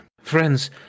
Friends